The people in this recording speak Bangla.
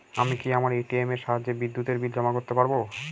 আমি কি আমার এ.টি.এম এর সাহায্যে বিদ্যুতের বিল জমা করতে পারব?